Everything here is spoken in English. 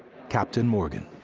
captain morgan.